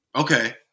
okay